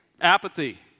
Apathy